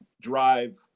drive